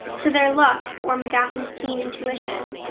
to their luck, or mgathrim's keen intuition,